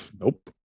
nope